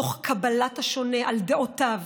תוך קבלת השונה על דעותיו,